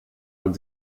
man